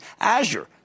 Azure